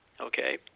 okay